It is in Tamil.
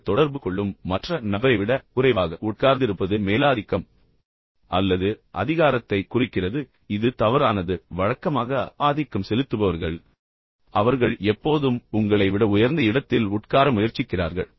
நீங்கள் தொடர்பு கொள்ளும் மற்ற நபரை விட குறைவாக உட்கார்ந்திருப்பது மேலாதிக்கம் அல்லது அதிகாரத்தைக் குறிக்கிறது இது தவறானது ஏனென்றால் வழக்கமாக ஆதிக்கம் செலுத்துபவர்கள் அல்லது அதிகாரத்தைக் காட்ட விரும்புவோர் அவர்கள் எப்போதும் உங்களை விட உயர்ந்த இடத்தில் உட்கார முயற்சிக்கிறார்கள்